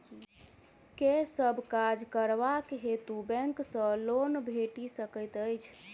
केँ सब काज करबाक हेतु बैंक सँ लोन भेटि सकैत अछि?